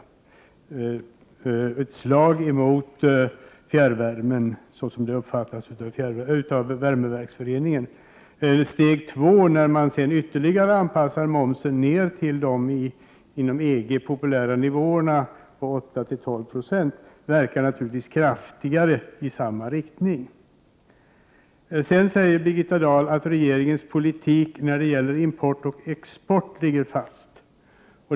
Det kommer att innebära ett slag mot fjärrvärmen, såsom det uppfattas av värmeverksföreningen. Det andra steget, när man sedan ytterligare anpassar momsen ned till de inom EG populära nivåerna på 812 96, verkar naturligtvis kraftigare i samma riktning. Birgitta Dahl säger att regeringens politik när det gäller export och import ligger fast.